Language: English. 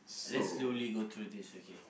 let's slowly go through this okay